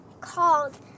called